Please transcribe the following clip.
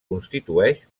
constitueix